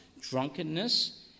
drunkenness